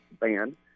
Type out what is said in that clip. ban